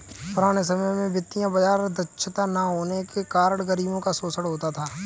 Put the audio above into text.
पुराने समय में वित्तीय बाजार दक्षता न होने के कारण गरीबों का शोषण होता था